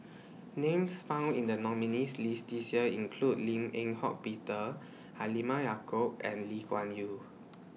Names found in The nominees' list This Year include Lim Eng Hock Peter Halimah Yacob and Lee Kuan Yew